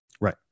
right